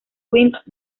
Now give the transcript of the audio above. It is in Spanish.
queens